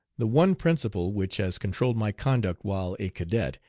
the one principle which has controlled my conduct while a cadet,